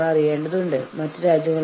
നമുക്ക് സ്പ്രെഡ്ഷീറ്റുകൾ നോക്കാം